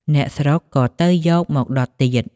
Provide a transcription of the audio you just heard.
អ្នកស្រុក ក៏ទៅយកមកដុតទៀត ។